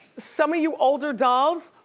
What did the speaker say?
some of you older dolls,